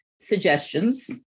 suggestions